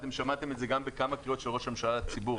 ושמעתם את זה גם בכמה קריאות של ראש הממשלה הציבור.